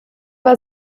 war